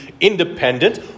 independent